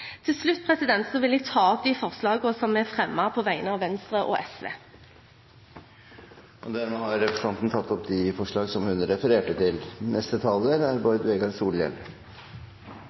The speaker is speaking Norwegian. Til slutt vil jeg ta opp de forslagene som er fremmet på vegne av Venstre og SV. Representanten Iselin Nybø har tatt opp de forslagene hun refererte til. Det seiest ofte i debatten om kriminalitetsbekjempande verkemiddel versus personvern at det er